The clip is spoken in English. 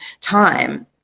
time